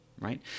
Right